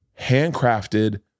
handcrafted